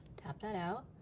tap that out,